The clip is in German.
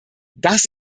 das